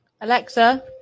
Alexa